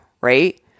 right